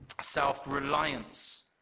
Self-reliance